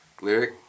Lyric